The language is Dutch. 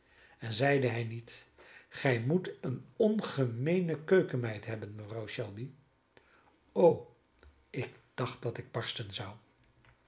en zeide hij niet gij moet eene ongemeene keukenmeid hebben mevrouw shelby o ik dacht dat ik barsten zou